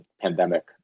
pandemic